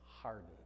hardened